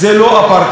זה לא אפרטהייד.